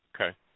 Okay